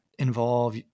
involve